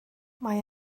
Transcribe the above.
mae